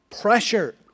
pressure